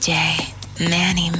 Manny